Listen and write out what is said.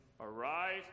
Arise